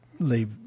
leave